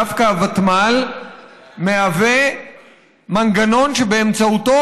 דווקא הוותמ"ל מהווה מנגנון שבאמצעותו